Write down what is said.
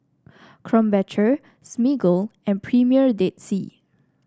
Krombacher Smiggle and Premier Dead Sea